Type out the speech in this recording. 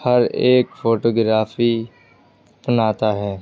ہر ایک فوٹوگرافی بناتا ہے